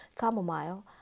chamomile